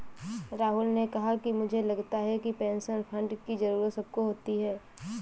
राहुल ने कहा कि मुझे लगता है कि पेंशन फण्ड की जरूरत सबको होती है